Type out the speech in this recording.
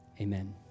amen